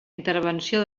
intervenció